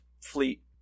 fleet